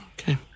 Okay